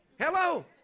Hello